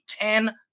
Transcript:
ten